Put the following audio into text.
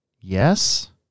yes